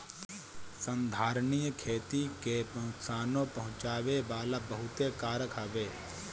संधारनीय खेती के नुकसानो पहुँचावे वाला बहुते कारक हवे